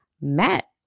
Matt